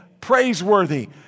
praiseworthy